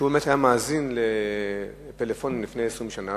והוא באמת היה מאזין לפלאפונים לפני 20 שנה,